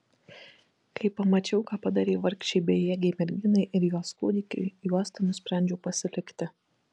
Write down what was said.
kai pamačiau ką padarei vargšei bejėgei merginai ir jos kūdikiui juostą nusprendžiau pasilikti